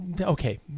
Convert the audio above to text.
okay